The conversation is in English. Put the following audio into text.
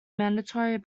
mandatory